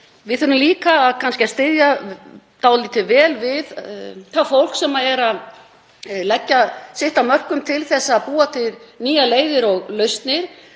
Við þurfum líka að styðja dálítið vel við það fólk sem er að leggja sitt af mörkum til að búa til nýjar leiðir og lausnir,